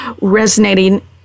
resonating